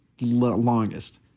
longest